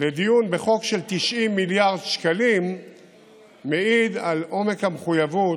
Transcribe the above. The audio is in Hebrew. לדיון בחוק של 90 מיליארד שקלים מעיד על עומק המחויבות.